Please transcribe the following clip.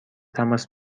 تماس